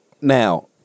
Now